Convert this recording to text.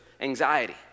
anxiety